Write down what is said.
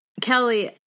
Kelly